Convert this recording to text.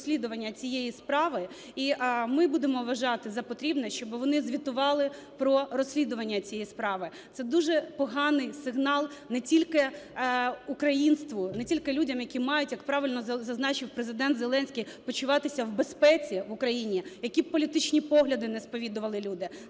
цієї справи. І ми будемо вважати за потрібне, щоби вони звітували про розслідування цієї справи. Це дуже поганий сигнал не тільки українству, не тільки людям, які мають, як правильно зазначив Президент Зеленський, почуватися в безпеці в Україні, які б політичні погляди не сповідували люди.